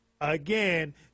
Again